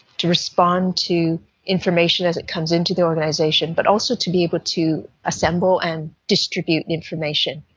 to respond to information as it comes into the organisation, but also to be able to assemble and distribute information.